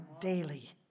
daily